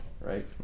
right